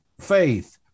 faith